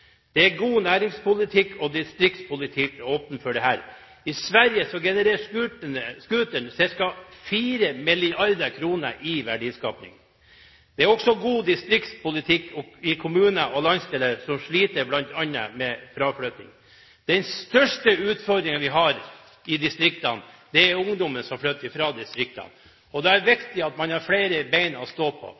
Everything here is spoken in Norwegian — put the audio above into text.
Det er god næringspolitikk og distriktspolitikk å åpne for dette. I Sverige genererer scooteren ca. 4 mrd. kr i verdiskaping. Dette er også god distriktspolitikk i kommuner og landsdeler som sliter bl.a. med fraflytting. Den største utfordringen vi har i distriktene, er at ungdommen flytter fra distriktene, og da er det viktig at man har flere ben å stå på.